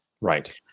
Right